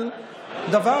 אבל דבר